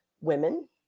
women